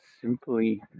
simply